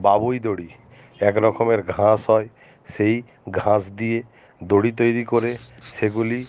বাবুই দড়ি এক রকমের ঘাস হয় সেই ঘাস দিয়ে দড়ি তৈরি করে সেগুলি